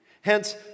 hence